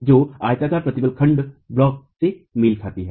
जो आयताकार प्रतिबल खंडब्लॉक से मेल खाती है